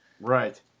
Right